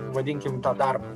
vadinkim tą darbą